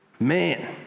Man